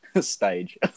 stage